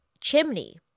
chimney